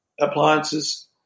appliances